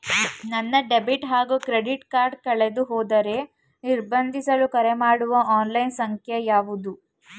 ನನ್ನ ಡೆಬಿಟ್ ಹಾಗೂ credit card ಕಳೆದುಹೋದರೆ ನಿರ್ಬಂಧಿಸಲು ಕರೆಮಾಡುವ ಆನ್ಲೈನ್ ಸಂಖ್ಯೆಯಾವುದು?